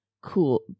Cool